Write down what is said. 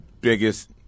biggest